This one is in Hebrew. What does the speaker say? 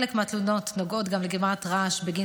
חלק מהתלונות נוגעות גם לגרימת רעש בגין